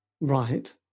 Right